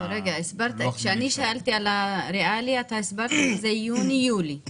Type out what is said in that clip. שלושה פורסם שבמקרים לא מבוטלים המוסד לביטוח לאומי שילם